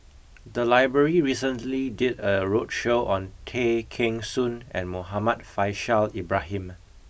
the library recently did a roadshow on Tay Kheng Soon and Muhammad Faishal Ibrahim